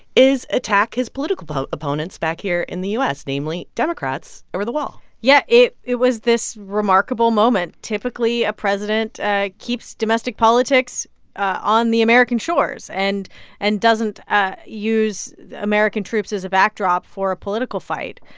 is attack his political opponents back here in the u s, namely democrats, over the wall yeah, it it was this remarkable moment. typically, a president ah keeps domestic politics on the american shores and and doesn't ah use american troops as a backdrop for a political fight.